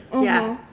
yeah.